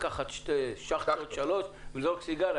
לקחת שתיים-שלוש שאכטות ולזרוק את הסיגריה.